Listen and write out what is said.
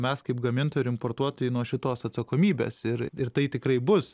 mes kaip gamintojai importuotojai nuo šitos atsakomybės ir ir tai tikrai bus